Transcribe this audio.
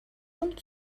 und